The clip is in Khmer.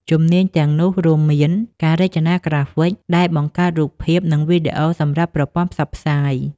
ជំនាញទាំងនោះរួមមាន ការរចនាក្រាហ្វិក ដែលបង្កើតរូបភាព និងវីដេអូសម្រាប់ប្រព័ន្ធផ្សព្វផ្សាយ។